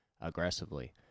aggressively